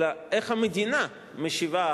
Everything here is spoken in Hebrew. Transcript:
אלא איך המדינה משיבה,